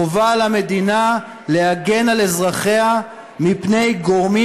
חובה על המדינה להגן על אזרחיה מפני גורמים